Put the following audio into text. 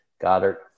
Goddard